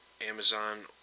Amazon